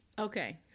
Okay